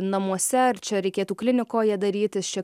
namuose ar čia reikėtų klinikoje darytis čia